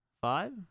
Five